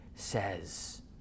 Says